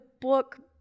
book